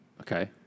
Okay